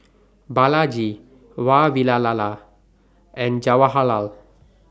Balaji Vavilala and Jawaharlal